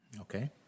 Okay